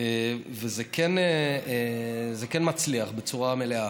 וזה כן מצליח, בצורה מלאה.